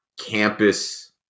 campus